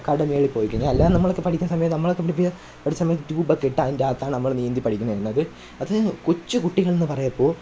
അക്കാഡമിയില് പോയി കഴിഞ്ഞാൽ അല്ലാതെ നമ്മളൊക്കെ പഠിക്കുന്ന സമയം നമ്മളൊക്കെ പഠിപ്പിച്ച പഠിച്ച സമയം റ്റൂബൊക്കെ ഇട്ട് അതിൻ്റെത്താണ് നമ്മൾ നീന്തിപ്പഠിക്കുന്നുള്ളത് അത് കൊച്ചു കുട്ടികളെന്ന് പറയപ്പൊ